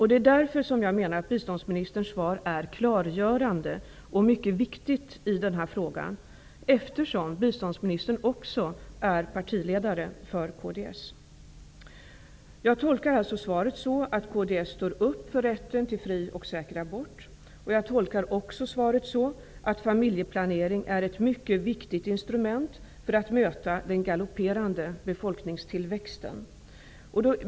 Det är därför jag menar att biståndsministerns svar är klargörande och mycket viktigt i den här frågan, eftersom biståndsministern också är partiledare för kds. Jag tolkar alltså svaret så att kds står upp för rätten till fri och säker abort. Jag tolkar också svaret så att familjeplanering är ett mycket viktigt instrument för att möta den galopperande befolkningstillväxten.